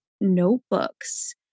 notebooks